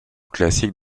classique